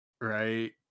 Right